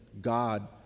God